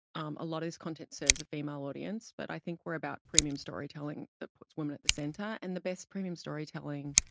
um a lot of this content serves a female audience, but i think we're about premium storytelling that puts women at the center. and the best premium storytelling